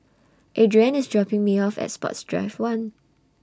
Adriane IS dropping Me off At Sports Drive one